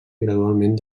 gradualment